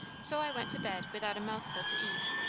so i went to bed without a mouthful to eat.